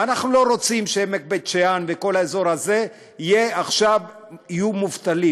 ואנחנו לא רוצים שעמק בית-שאן וכל האזור הזה יהיו מובטלים,